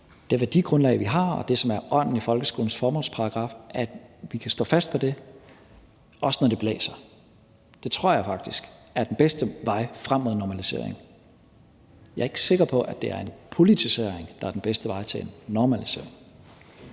det værdigrundlag, vi har, og det, som er ånden i folkeskolens formålsparagraf, også når det blæser. Det tror jeg faktisk er den bedste vej frem mod en normalisering. Jeg er ikke sikker på, at det er en politisering, der er den bedste vej til en normalisering.